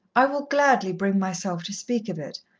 i will gladly bring myself to speak of it,